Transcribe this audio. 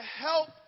help